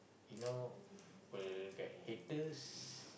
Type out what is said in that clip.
you know will get haters